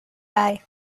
die